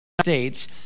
states